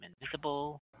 invisible